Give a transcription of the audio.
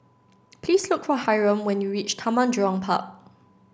please look for Hiram when you reach Taman Jurong Park